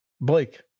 Blake